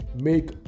Make